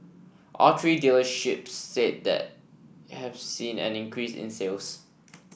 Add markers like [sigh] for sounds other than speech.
all three dealerships said that have seen an increase in sales [noise]